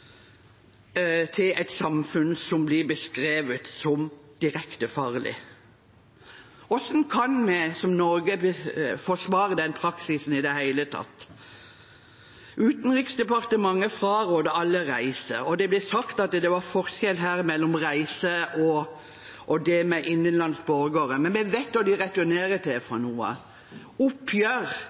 til et samfunn som blir beskrevet som direkte farlig. Hvordan kan vi, Norge, forsvare den praksisen i det hele tatt? Utenriksdepartementet fraråder alle å reise. Det ble sagt at det var forskjell her mellom det å reise og det med at borgere reiser innenlands. Men vi vet hva de returnerer til: oppgjør med Taliban, oppgjør